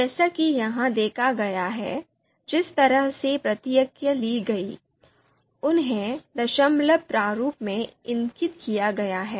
जैसा कि यहां देखा गया है जिस तरह से प्रतिक्रियाएं ली गईं उन्हें दशमलव प्रारूप में इंगित किया गया है